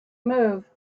move